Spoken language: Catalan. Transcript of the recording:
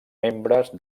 membres